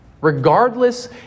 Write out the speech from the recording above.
regardless